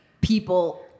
people